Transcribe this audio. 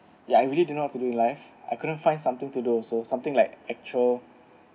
ya I really don't know what to do in life I couldn't find something to do also something like actual